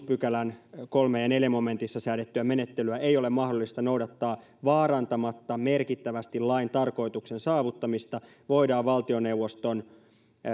pykälän kolme ja neljä momentissa säädettyä menettelyä ei ole mahdollista noudattaa vaarantamatta merkittävästi lain tarkoituksen saavuttamista voidaan valtioneuvoston